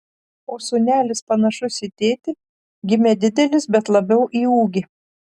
o sūnelis panašus į tėtį gimė didelis bet labiau į ūgį